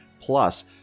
plus